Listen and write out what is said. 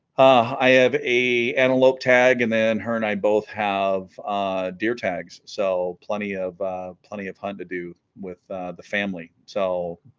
ah i have a antelope tag and then her and i both have deer tags so plenty of plenty of fun to do with the family so